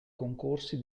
concorsi